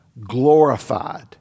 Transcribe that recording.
glorified